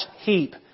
heap